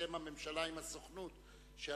אני